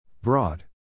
Broad